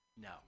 No